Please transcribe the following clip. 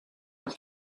and